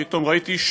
פתאום ראיתי,